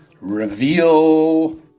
reveal